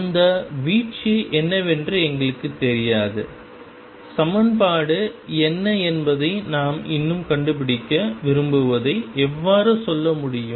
அந்த வீச்சு என்னவென்று எங்களுக்குத் தெரியாது சமன்பாடு என்ன என்பதை நாம் இன்னும் கண்டுபிடிக்க விரும்புவதை எவ்வாறு சொல்ல முடியும்